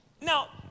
Now